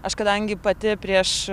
aš kadangi pati prieš